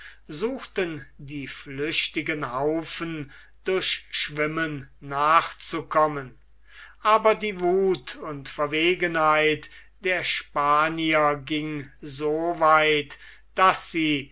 suchten die flüchtigen haufen durch schwimmen nachzukommen aber die wuth und verwegenheit der spanier ging so weit daß sie